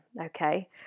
okay